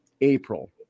April